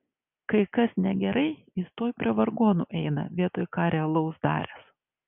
kai kas negerai jis tuoj prie vargonų eina vietoj ką realaus daręs